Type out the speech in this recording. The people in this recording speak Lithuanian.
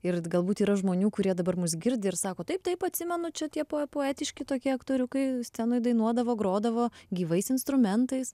ir d galbūt yra žmonių kurie dabar mus girdi ir sako taip taip atsimenu čia tie po poetiški tokie aktoriukai scenoje dainuodavo grodavo gyvais instrumentais